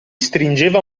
stringeva